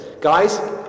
Guys